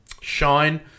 shine